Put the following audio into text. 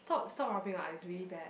stop stop rubbing your eyes it's really bad